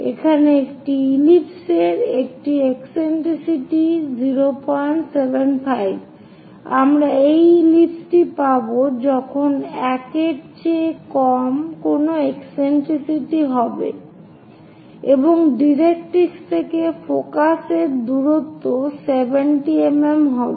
এখানে একটি ইলিপস র একটি একসেন্ট্রিসিটি 075 আমরা এই ইলিপস টি পাব যখন 1 এর চেয়ে কম কোন একসেন্ট্রিসিটি হবে এবং ডাইরেক্ট্রিক্স থেকে ফোকাসের দূরত্ব 70 mm হবে